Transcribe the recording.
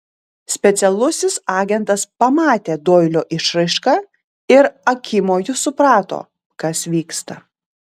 specialusis agentas pamatė doilio išraišką ir akimoju suprato kas vyksta